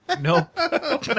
No